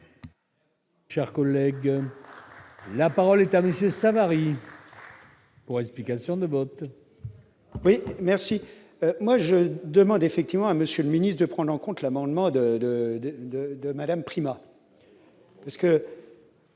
Cher collègue. La parole est à monsieur Savary. Pour explication de vote. Merci, moi je demande effectivement à monsieur le ministre, de prendre en compte l'amendement de, de,